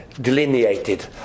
delineated